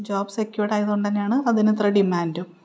job secured ആയതുകൊണ്ടുതന്നെയാണ് അതിനിത്ര ഡിമാൻഡും